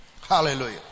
Hallelujah